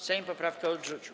Sejm poprawkę odrzucił.